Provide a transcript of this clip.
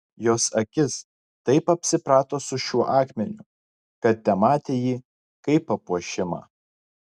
jos akis taip apsiprato su šiuo akmeniu kad tematė jį kaip papuošimą